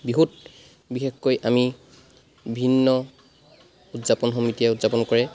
বিহুত বিশেষকৈ আমি ভিন্ন উদযাপন সমিতিয়ে উদযাপন কৰে